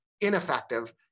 ineffective